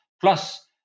Plus